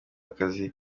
akazi